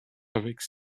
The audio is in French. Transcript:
avec